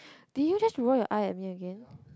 did you just roll your eye at me again